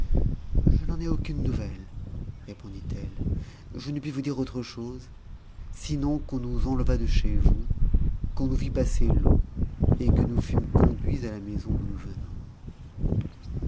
je n'en sais aucune nouvelle répondit-elle js ne puis vous dire autre chose sinon qu'on nous enleva de chez vous on nous fit passer l'eau et que nous fûmes conduits à la maison d'où nous venons